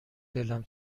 دلم